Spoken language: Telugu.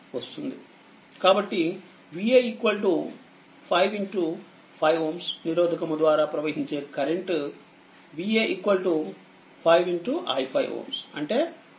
కాబట్టిVa 5 5Ωనిరోధకముద్వారా ప్రవహించే కరెంటు Va5i5Ω అంటే 58